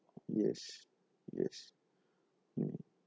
yes yes mm